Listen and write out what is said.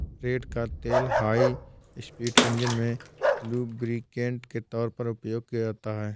रेड़ का तेल high speed engine में लुब्रिकेंट के तौर पर उपयोग किया जाता है